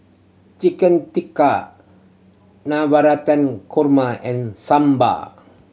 Chicken Tikka Navratan Korma and Sambar